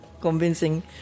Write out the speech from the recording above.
convincing